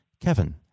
Kevin